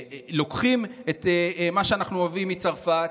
לוקחים את מה שאנחנו אוהבים מצרפת,